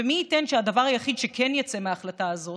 ומי ייתן שהדבר היחיד שכן יצא מההחלטה הזאת,